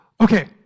okay